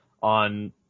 on